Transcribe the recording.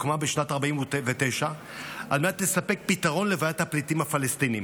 הוקמה בשנת 1949 על מנת לספק פתרון לבעיית הפליטים הפלסטינים.